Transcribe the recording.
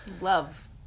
Love